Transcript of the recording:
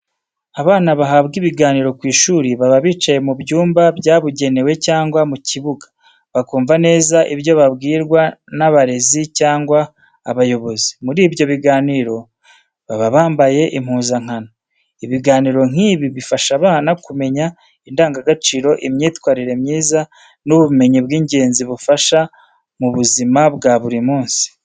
Abana bahabwa ibiganiro ku ishuri baba bicaye mu byumba byabugenewe cyangwa mu kibuga, bakumva neza ibyo babwirwa n'abarezi cyangwa abayobozi. Muri ibyo biganiro, baba bambaye impuzankano. Ibiganiro nk'ibi bifasha abana kumenya indangagaciro, imyitwarire myiza n'ubumenyi bw'ingenzi bubafasha mu buzima bwa buri munsi.